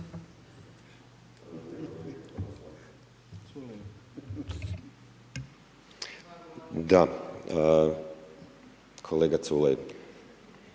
Da, kolega Culej,